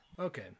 Okay